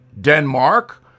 Denmark